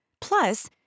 Plus